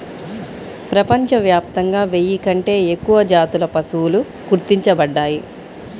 ప్రపంచవ్యాప్తంగా వెయ్యి కంటే ఎక్కువ జాతుల పశువులు గుర్తించబడ్డాయి